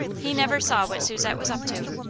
he never saw what susette was up to.